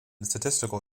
statistical